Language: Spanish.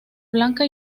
blanca